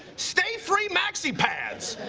stay free maxi pads.